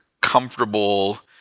comfortable